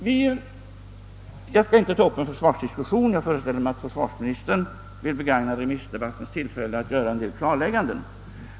Jag skall inte ta upp någon försvarsdiskussion; jag föreställer mig att försvarsministern vill begagna det tillfälle remissdebatten ger till att göra en del klarlägganden.